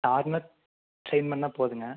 நார்மலாக ட்ரைன் பண்ணால் போதுங்க